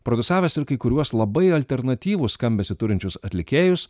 padūsavęs ir kai kuriuos labai alternatyvų skambesį turinčius atlikėjus